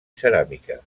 ceràmica